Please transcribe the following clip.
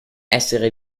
essere